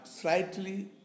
slightly